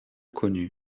connue